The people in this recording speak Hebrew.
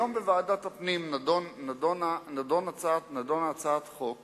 היום נדונה בוועדת הפנים הצעת חוק